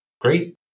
great